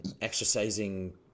exercising